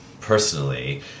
personally